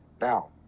Now